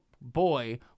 boy